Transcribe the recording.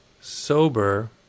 sober